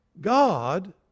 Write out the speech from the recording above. God